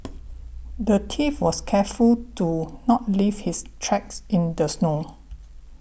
the thief was careful to not leave his tracks in the snow